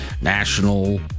National